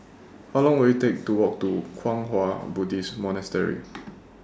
How Long Will IT Take to Walk to Kwang Hua Buddhist Monastery